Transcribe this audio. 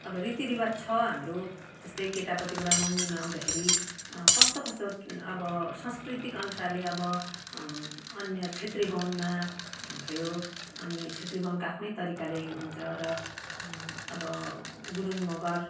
अब रीतिरिवाज छ हाम्रो जस्तो केटापट्टिबाट मगनीमा आउँदाखेरि कस्तो कस्तो अब सांस्कृतिक अनुसारले अब अन्य छेत्री बाहुनमा भयो अनि छेत्री बाहुनको आफ्नै तरिकाले हुन्छ र अब गुरुङ मगर